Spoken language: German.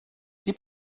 die